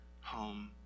home